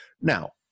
Now